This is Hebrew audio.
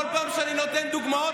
כל פעם שאני נותן דוגמאות,